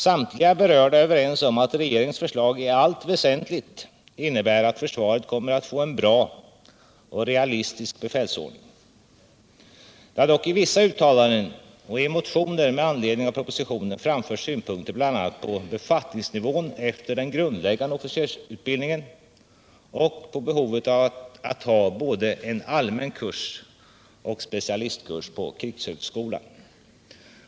Samtliga berörda är överens om att regeringens förslag i allt väsentligt innebär att försvaret kommer att få en bra och realistisk befälsordning. Det har dock i vissa uttalanden och i motioner med anledning av propositionen framförts synpunkter bl.a. på befattningsnivån efter den grundläggande officersutbildningen och på behovet att ha både en allmän kurs och en specialistkurs på krigshögskolan.